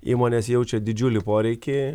įmonės jaučia didžiulį poreikį